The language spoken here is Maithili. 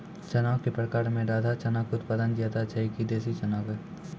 चना के प्रकार मे राधा चना के उत्पादन ज्यादा छै कि देसी चना के?